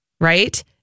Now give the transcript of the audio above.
right